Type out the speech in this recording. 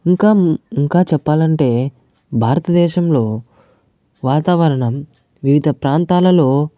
ఇంకా ఇంకా చెప్పాలంటే భారతదేశంలో వాతావరణం వివిధ ప్రాంతాలలో